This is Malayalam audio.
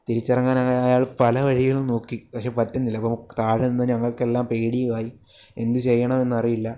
തിരിച്ച് ഇറങ്ങാൻ അയാൾ പല വഴികളും നോക്കി പക്ഷേ പറ്റുന്നില്ല അപ്പോൾ താഴെ നിന്ന ഞങ്ങൾക്ക് എല്ലാം പേടിയും ആയി എന്ത് ചെയ്യണം എന്നറിയില്ല